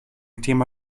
thema